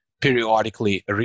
periodically